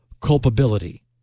culpability